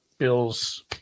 bills